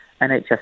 NHS